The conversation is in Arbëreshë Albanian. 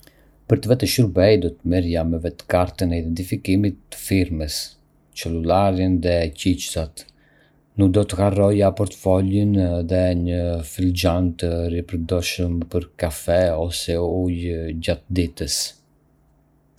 Për të vete shurbej, do të merrja me vete kartën e identifikimit të firmës, celularin dhe Kjiçësat. Nuk do të harroja portofolin dhe një filxhan të ripërdorshëm për kafe ose ujë gjatë ditës.